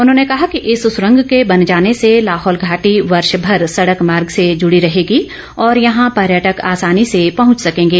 उन्होंने कहा कि इस सुरंग के बन जाने से लाहौल घाटी वर्ष भर सड़क मार्ग से जूड़ी रहेगी और यहां पर्यटक आसानी से पहच सकेंगे